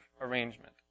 arrangement